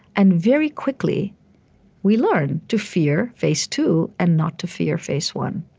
and very quickly we learn to fear face two and not to fear face one.